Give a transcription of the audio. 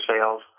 sales